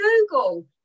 Google